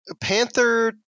panther